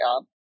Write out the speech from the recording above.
job